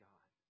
God